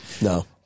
No